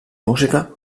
música